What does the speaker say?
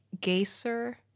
Geyser